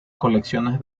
colecciones